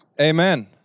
Amen